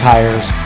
Tires